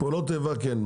פעולות איבה כן.